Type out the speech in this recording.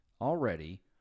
already